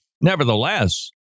Nevertheless